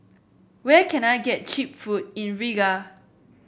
where can I get cheap food in Riga